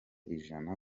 ijana